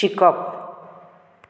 शिकप